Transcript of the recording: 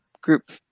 group